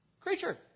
creature